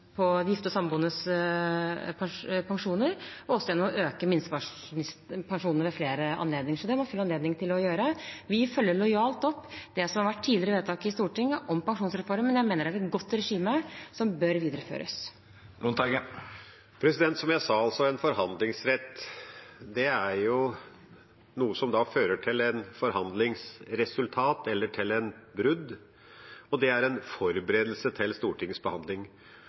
endre gifte og samboendes pensjoner, og også gjennom å øke minstepensjonistenes pensjoner ved flere anledninger. Det har man full anledning til å gjøre. Vi følger lojalt opp tidligere vedtak i Stortinget om pensjonsreformen. Jeg mener det er et godt regime, som bør videreføres. Som jeg sa, en forhandlingsrett er noe som fører til et forhandlingsresultat eller til et brudd, og det er en forberedelse til